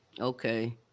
Okay